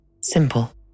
simple